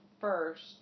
first